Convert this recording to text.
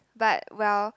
but well